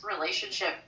relationship